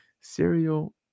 Serial